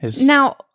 Now